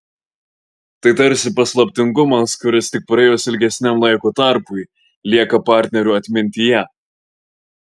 tai tarsi paslaptingumas kuris tik praėjus ilgesniam laiko tarpui lieka partnerių atmintyje